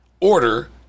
order